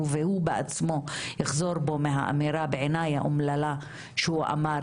והוא בעצמו יחזור בו מהאמירה בעיניי האומללה שהוא אמר,